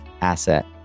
asset